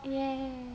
ya